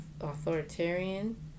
authoritarian